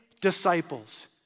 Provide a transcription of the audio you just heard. disciples